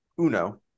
Uno